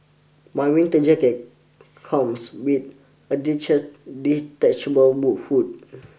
my winter jacket comes with a detach detachable hood